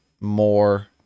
more